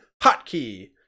Hotkey